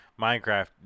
Minecraft